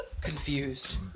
Confused